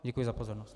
Děkuji za pozornost.